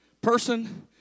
person